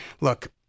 look